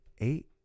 eight